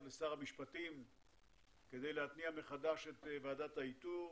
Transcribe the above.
לשר המשפטים כדי להתניע מחדש את ועדת האיתור,